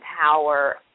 power